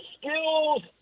skills